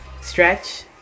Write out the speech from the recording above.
stretch